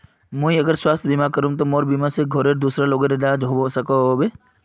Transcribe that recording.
मुई अगर स्वास्थ्य बीमा करूम ते मोर बीमा से घोरेर दूसरा लोगेर इलाज होबे सकोहो होबे?